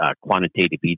quantitative